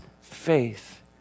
faith